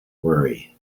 worry